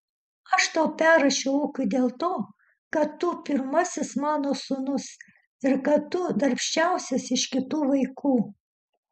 aš tau perrašiau ūkį dėl to kad tu pirmasis mano sūnus ir kad tu darbščiausias iš kitų vaikų